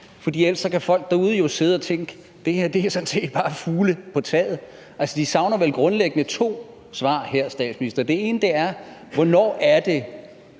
For ellers kan folk derude jo sidde og tænke: Det her er sådan set bare fugle på taget. Altså, de savner vel grundlæggende to svar her, statsminister. Det handler om: Hvornår det,